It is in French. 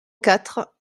quatre